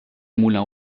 moulin